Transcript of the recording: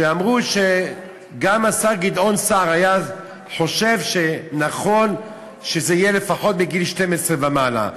שאמרו שגם השר גדעון סער חשב שנכון שזה יהיה לפחות מגיל 12 ומעלה.